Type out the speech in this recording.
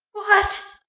what!